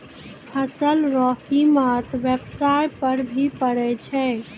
फसल रो कीमत व्याबसाय पर भी पड़ै छै